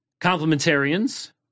complementarians